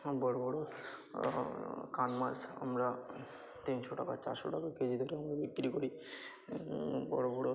বড় বড় কান মাছ আমরা তিনশো টাকা চারশো টাকা কেজি দরে আমরা বিক্রি করি বড় বড়